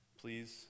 Please